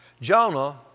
Jonah